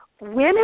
Women